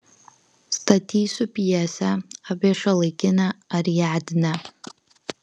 statysiu pjesę apie šiuolaikinę ariadnę